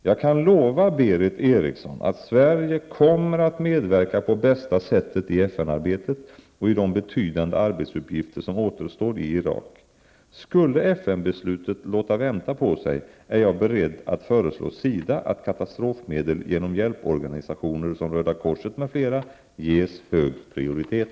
Jag kan lova Berith Eriksson att Sverige kommer att medverka på bästa sätt i FN arbetet och i de betydande arbetsuppgifter som återstår i Irak. Skulle FN-beslutet låta vänta på sig är jag beredd att föreslå SIDA att katastrofmedel genom hjälporganisationer som Röda korset m.fl. ges hög prioritet.